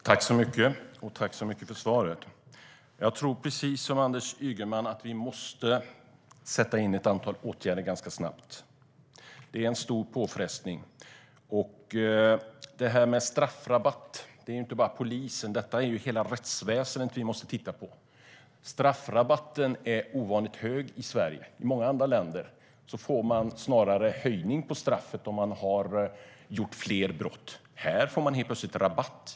Herr talman! Tack så mycket för svaret! Jag tror precis som Anders Ygeman att vi måste sätta in ett antal åtgärder ganska snabbt. Det är en stor påfrestning. När det gäller det här med straffrabatt handlar det inte bara om polisen. Vi måste titta på hela rättsväsendet. Straffrabatten är ovanligt hög i Sverige. I många andra länder får man snarare en höjning av straffet om man har begått fler brott. Här får man helt plötsligt rabatt.